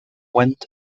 went